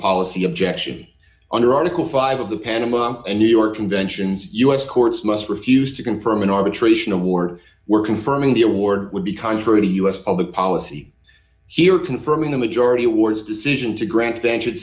policy objection under article five of the panama and new york conventions u s courts must refuse to confirm an arbitration award were confirming the award would be contrary to u s public policy here confirming the majority awards decision to gran